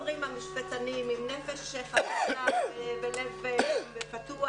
כמו שאומרים המשפטנים, עם נפש חפצה ולב פתוח,